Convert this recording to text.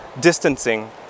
distancing